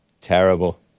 Terrible